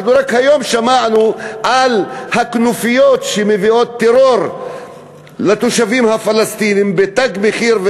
רק היום שמענו על הכנופיות שמביאות טרור לתושבים הפלסטינים ב"תג מחיר",